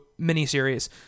miniseries